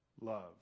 love